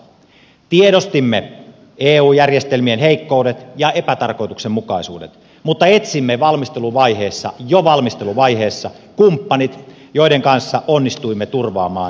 tiedostimme eu järjestelmien heikkoudet ja epätarkoituksenmukaisuudet mutta etsimme valmisteluvaiheessa jo valmisteluvaiheessa kumppanit joiden kanssa onnistuimme turvaamaan suomen edut